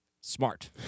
smart